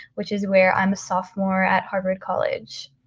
which is where i'm a sophomore at harvard college.